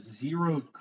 zero